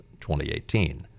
2018